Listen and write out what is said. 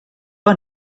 han